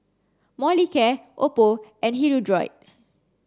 Molicare Oppo and Hirudoid